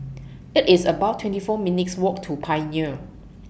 IT IS about twenty four minutes' Walk to Pioneer